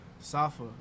Safa